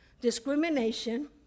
discrimination